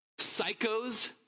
psychos